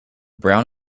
brown